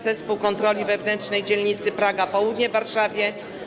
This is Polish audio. Zespół Kontroli Wewnętrznej Dzielnicy Praga Południe w Warszawie.